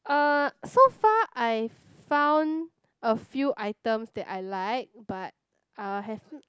uh so far I found a few items that I like but I have